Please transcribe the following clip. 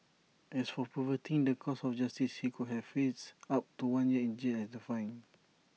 as for perverting the course of justice he could have faced up to one year in jail and A fine